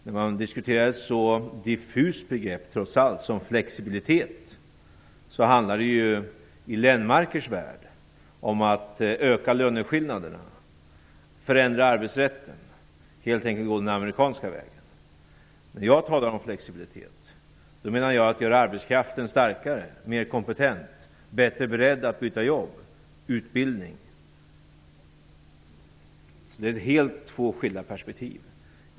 När man diskuterar ett trots allt så diffust begrepp som flexibilitet handlar det i Lennmarkers värld om att öka löneskillnaderna, förändra arbetsrätten, helt enkelt gå den amerikanska vägen. När jag talar om flexibilitet menar jag att göra arbetskraften starkare, mer kompetent, bättre beredd att byta jobb, utbildning. Det är två helt skilda perspektiv.